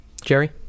Jerry